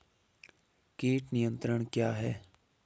कीट नियंत्रण क्या है?